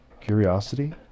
Curiosity